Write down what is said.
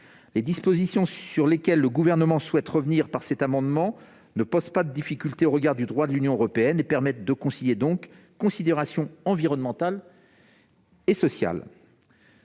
Les dispositions sur lesquelles le Gouvernement souhaite revenir par cet amendement ne posent pas de difficultés au regard du droit de l'Union européenne et permettent de concilier considérations environnementales et sociales.